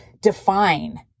define